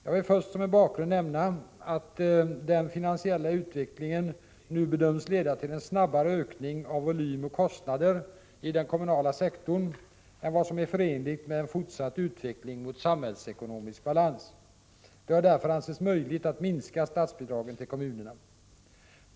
Jag vill först som en bakgrund nämna att den finansiella utvecklingen nu bedöms leda till en snabbare ökning av volym och kostnader i den kommunala sektorn än vad som är förenligt med en fortsatt utveckling mot samhällsekonomisk balans. Det har därför ansetts möjligt att minska statsbidragen till kommunerna.